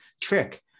trick